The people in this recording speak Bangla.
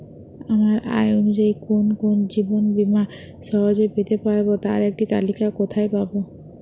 আমার আয় অনুযায়ী কোন কোন জীবন বীমা সহজে পেতে পারব তার একটি তালিকা কোথায় পাবো?